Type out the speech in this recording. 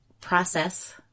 process